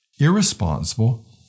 irresponsible